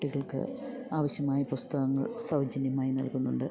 കുട്ടികൾക്ക് ആവശ്യമായ പുസ്തകങ്ങൾ സൗജന്യമായി നൽകുന്നുണ്ട്